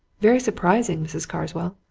very surprising, mrs. carswell.